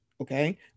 okay